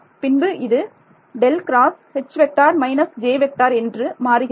பின்பு இது என்று மாறுகிறது